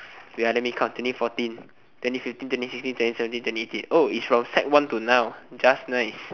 ya let me continue fourteen twenty fifteen twenty sixteen twenty seventeen twenty eighteen it's from sec one till now just nice